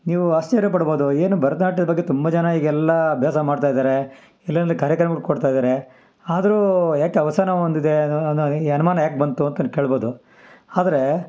ನೀವು ಆಶ್ಚರ್ಯ ಪಡ್ಬೋದು ಏನು ಭರತನಾಟ್ಯದ ಬಗ್ಗೆ ತುಂಬ ಜನ ಈಗೆಲ್ಲ ಅಭ್ಯಾಸ ಮಾಡ್ತಾಯಿದ್ದಾರೆ ಕಾರ್ಯಕ್ರಮಗಳ್ ಕೊಡ್ತಾಯಿದ್ದಾರೆ ಆದರೂ ಯಾಕೆ ಅವಸಾನ ಹೊಂದಿದೆ ಈ ಅನುಮಾನ ಯಾಕೆ ಬಂತು ಅಂತ ಅಂದು ಕೇಳ್ಬೋದು ಆದರೆ